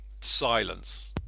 Silence